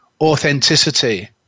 authenticity